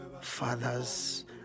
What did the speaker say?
fathers